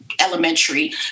elementary